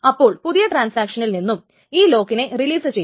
അപ്പോൾ പുതിയ ട്രാൻസാക്ഷനിൽ നിന്നും ഈ ലോക്കിനെ റിലീസ് ചെയ്യും